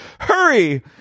Hurry